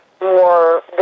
more